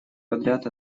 подряд